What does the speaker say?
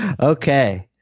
Okay